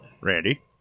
Randy